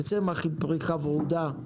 זה צמח עם פריחה ורודה.